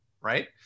right